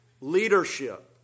leadership